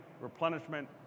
replenishment